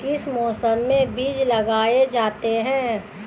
किस मौसम में बीज लगाए जाते हैं?